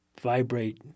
vibrate